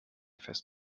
fest